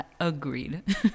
Agreed